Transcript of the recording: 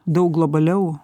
daug globaliau